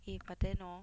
eh but then hor